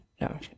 no